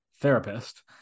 therapist